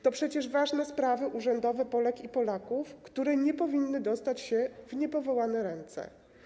To przecież ważne sprawy urzędowe Polek i Polaków, które nie powinny dostać się w niepowołane ręce.